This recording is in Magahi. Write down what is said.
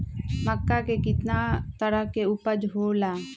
मक्का के कितना तरह के उपज हो ला?